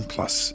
Plus